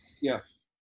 Yes